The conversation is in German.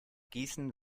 gießen